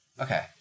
Okay